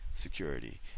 security